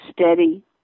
steady